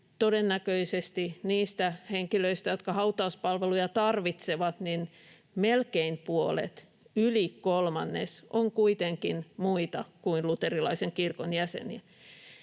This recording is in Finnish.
todennäköisesti niistä henkilöistä, jotka hautauspalveluja tarvitsevat, melkein puolet, yli kolmannes, on kuitenkin muita kuin luterilaisen kirkon jäseniä.